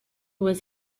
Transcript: was